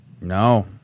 No